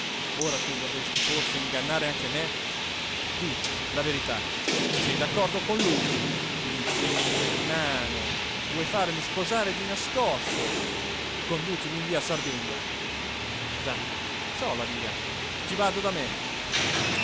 ora tu vorresti forse ingannare anche me di la verità sei d'accordo con lui gli tieni mano vuoi farmi sposare di nascosto conducimi in via sardegna già so la via ci vado da me